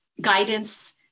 guidance